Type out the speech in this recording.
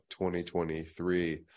2023